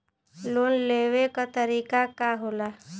Loan लेवे क तरीकाका होला?